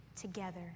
together